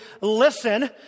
listen